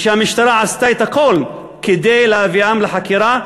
ושהמשטרה עשתה הכול כדי להביאם לחקירה,